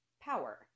power